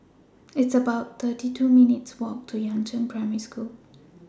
It's about thirty two minutes' Walk to Yangzheng Primary School